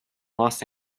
los